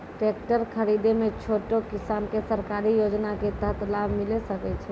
Tractor खरीदै मे छोटो किसान के सरकारी योजना के तहत लाभ मिलै सकै छै?